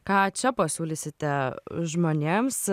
ką čia pasiūlysite žmonėms